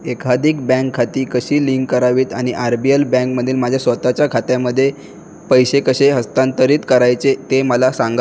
एखादी बँक खाती कशी लिंक करावीत आणि आर बी एल बँकमधील माझ्या स्वतःच्या खात्यामध्ये पैसे कसे हस्तांतरित करायचे ते मला सांगा